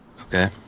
Okay